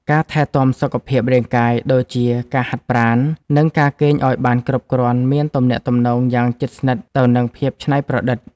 ការថែទាំសុខភាពរាងកាយ ដូចជាការហាត់ប្រាណ និងការគេងឱ្យបានគ្រប់គ្រាន់ មានទំនាក់ទំនងយ៉ាងជិតស្និទ្ធទៅនឹងភាពច្នៃប្រឌិត។